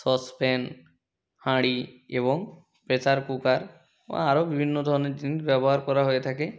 saucepan হাঁড়ি এবং pressure cooker ও আরও বিভিন্ন ধরনের জিনিস ব্যবহার করা হয়ে থাকে